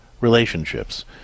relationships